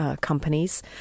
companies